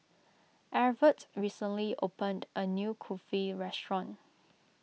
Evertt recently opened a new Kulfi restaurant